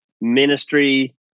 ministry